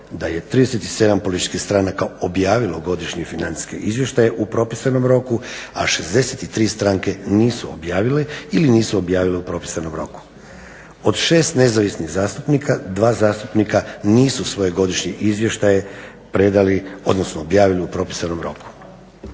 da je 37 političkih stranaka objavilo godišnje financijske izvještaje u propisanom roku, a 63 stranke nisu objavile ili nisu objavile u propisanom roku. Od 6 nezavisnih zastupnika 2 zastupnika nisu svoje godišnje izvještaje predali odnosno objavili u propisanom roku.